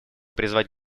призвать